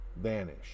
vanish